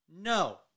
No